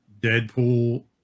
Deadpool